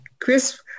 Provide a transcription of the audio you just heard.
Chris